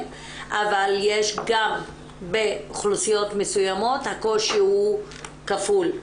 אבל גם באוכלוסיות מסוימות הקושי הוא כפול.